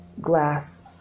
glass